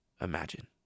imagine